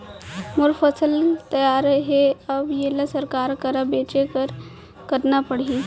मोर फसल तैयार हे अब येला सरकार करा बेचे बर का करना पड़ही?